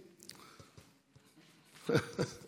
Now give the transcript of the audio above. איציק,